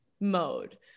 mode